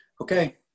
Okay